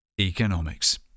Economics